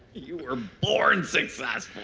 you were born successful